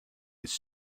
its